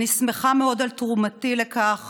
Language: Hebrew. אני שמחה מאוד על תרומתי לכך